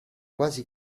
quasi